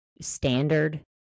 standard